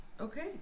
Okay